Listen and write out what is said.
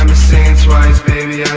um saying twice baby yeah